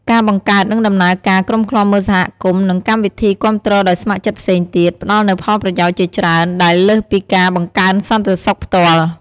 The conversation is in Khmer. ការបង្កើត និងដំណើរការ ក្រុមឃ្លាំមើលសហគមន៍ និងកម្មវិធីគាំទ្រដោយស្ម័គ្រចិត្តផ្សេងទៀត ផ្តល់នូវផលប្រយោជន៍ជាច្រើនដែលលើសពីការបង្កើនសន្តិសុខផ្ទាល់។